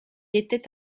était